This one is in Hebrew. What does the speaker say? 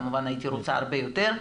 כמובן הייתי רוצה הרבה יותר,